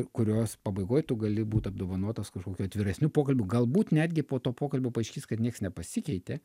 kurios pabaigoj tu gali būt apdovanotas kažkokiu atviresniu pokalbiu galbūt netgi po to pokalbio paaiškės kad nieks nepasikeitė